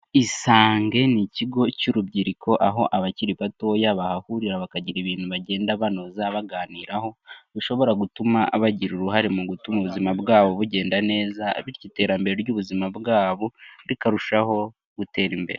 Isange ni ikigo cy'urubyiruko, aho abakiri batoya bahahurira bakagira ibintu bagenda banoza baganiraho, bishobora gutuma bagira uruhare mu gutuma ubuzima bwabo bugenda neza, bityo iterambere ry'ubuzima bwabo rikarushaho gutera imbere.